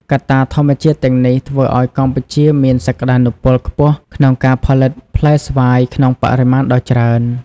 កត្តាធម្មជាតិទាំងនេះ ធ្វើឱ្យកម្ពុជាមានសក្តានុពលខ្ពស់ក្នុងការផលិតផ្លែស្វាយក្នុងបរិមាណដ៏ច្រើន។